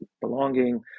belonging